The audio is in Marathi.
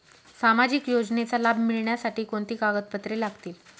सामाजिक योजनेचा लाभ मिळण्यासाठी कोणती कागदपत्रे लागतील?